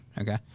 Okay